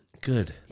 Good